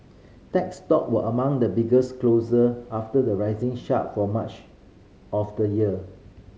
tech stock were among the biggest loser after the rising sharp for much of the year